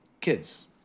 kids